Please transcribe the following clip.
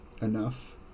enough